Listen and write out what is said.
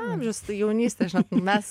amžius jaunystė žinot mes